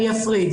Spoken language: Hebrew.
אני אפריד.